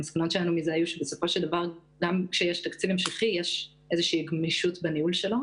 המסקנות שלנו היו שגם כשיש תקציב המשכי יש גמישות מסוימת בניהול שלו.